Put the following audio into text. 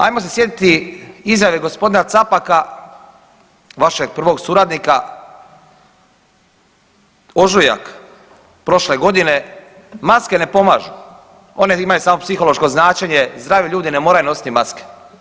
Ajmo se sjetiti izjave gospodina Capaka vašeg prvog suradnika, ožujak prošle godine, maske ne pomažu one imaju samo psihološko značenje, zdravi ljudi ne moraju nositi maske.